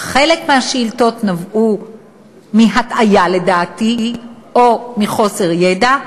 שחלק מהשאילתות נבעו מהטעיה, לדעתי, או מחוסר ידע,